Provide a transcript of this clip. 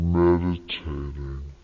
meditating